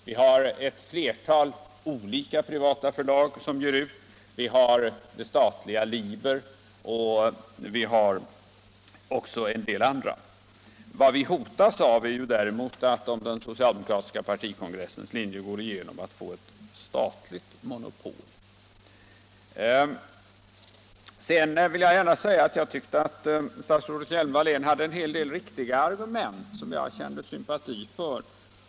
Vi har ett flertal privata förlag, vi har det statliga Liber och vi har också en del andra. Vad vi hotas av är däremot att, om den socialdemokratiska partikongressens önskningar går igenom, få ett statligt monopol. Jag tyckte emellertid att statsrådet Hjelm-Wallén hade en hel del riktiga argument, som jag kände sympati för.